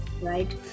right